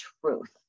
truth